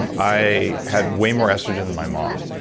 and i had way more estrogen than my mom,